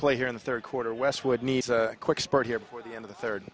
play here in the third quarter westwood needs a quick spurt here before the end of the third